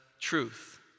truth